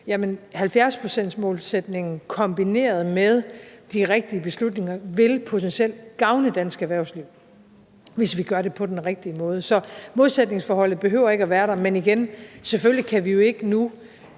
70-procentsmålsætningen kombineret med de rigtige beslutninger potentielt vil gavne dansk erhvervsliv, hvis vi gør det på den rigtige måde. Så modsætningsforholdet behøver ikke at være der, men igen, selvfølgelig kan vi jo ikke nu